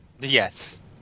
Yes